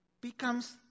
becomes